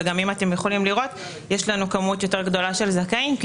ואתם יכולים לראות שיש לנו כמות גדולה יותר של זכאים כי